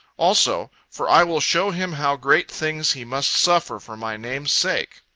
also, for i will show him how great things he must suffer for my name's sake.